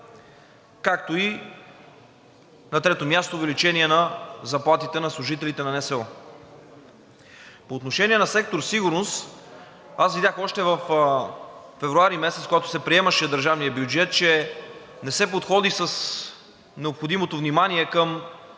както и на трето място, увеличение на заплатите на служителите на НСО. По отношение на сектор „Сигурност“ аз видях още февруари месец, когато се приемаше държавният бюджет, че не се подходи с необходимото внимание към